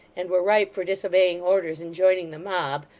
and were ripe for disobeying orders and joining the mob,